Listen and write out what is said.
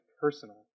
personal